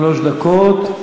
שלוש דקות.